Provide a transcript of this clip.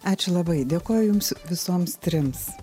ačiū labai dėkoju jums visoms trims